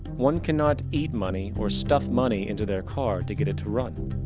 one cannot eat money or stuff money into their car to get it to run.